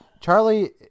Charlie